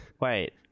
Wait